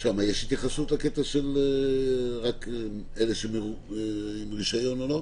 שם יש התייחסות לקטע של רק אלה עם רישיון או לא?